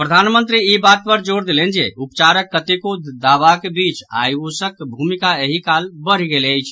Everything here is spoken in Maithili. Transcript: प्रधानमंत्री ई बात पर जोर देलनि जे उपचारक कतेको दावाक बीच आयुषक भूमिका एहि काल बढ़ि गेल अछि